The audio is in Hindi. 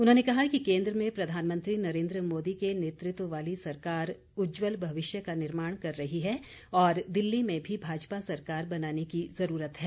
उन्होंने कहा कि केन्द्र में प्रधानमंत्री नरेन्द्र मोदी के नेतृत्व वाली सरकार उज्जवल भविष्य का निर्माण कर रही है और दिल्ली में भी भाजपा सरकार बनाने की जरूरत है